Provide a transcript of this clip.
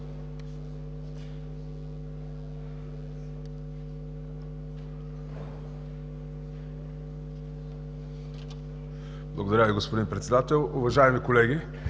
Благодаря Ви, господин Председател. Уважаеми колеги,